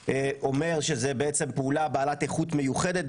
אומר: זאת בעצם פעולה בעלת איכות מיוחדת,